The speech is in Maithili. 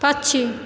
पक्षी